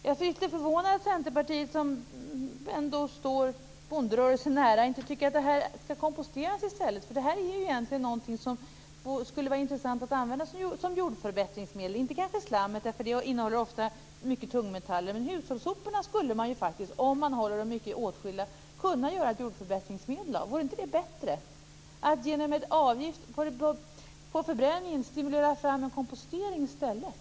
Jag är lite förvånad att Centerpartiet, som ändå står bonderörelsen nära, inte tycker att det skall komposteras i stället. Detta skulle ju egentligen vara intressant att använda som jordförbättringsmedel. Kanske inte slammet eftersom det ofta innehåller mycket tungmetaller, men hushållssoporna skulle man ju faktiskt kunna göra ett jordförbättringsmedel av om man håller dem mycket åtskilda. Vore det inte bättre att genom en avgift på förbränningen stimulera fram en kompostering i stället?